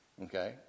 okay